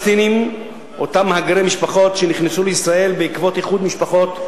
אותם מהגרי משפחות שנכנסו לישראל בעקבות איחוד משפחות,